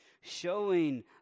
showing